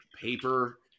paper